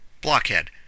Blockhead